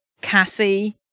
Cassie